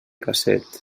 casset